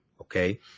Okay